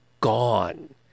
gone